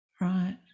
Right